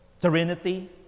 Trinity